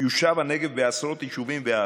יושב הנגב בעשרות יישובים וערים,